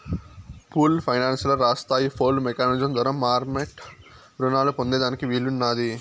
pooled finance ల రాష్ట్రస్తాయి pooled mechanism ద్వారా మార్మెట్ రునాలు పొందేదానికి వీలున్నాది